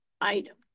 item